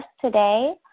today